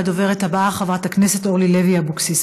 הדוברת הבאה היא חברת הכנסת אורלי לוי אבקסיס,